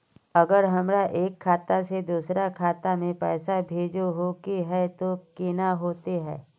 अगर हमरा एक खाता से दोसर खाता में पैसा भेजोहो के है तो केना होते है?